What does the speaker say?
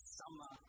summer